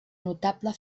notable